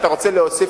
אתה רוצה להוסיף,